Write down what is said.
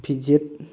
ꯐꯤꯖꯦꯠ